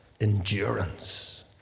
Endurance